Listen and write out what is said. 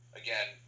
again